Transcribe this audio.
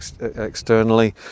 externally